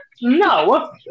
No